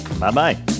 Bye-bye